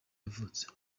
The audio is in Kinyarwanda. yavutse